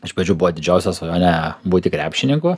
iš pradžių buvo didžiausia svajonė būti krepšininku